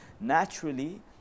naturally